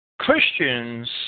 Christians